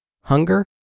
hunger